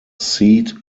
seat